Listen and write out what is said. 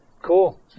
Cool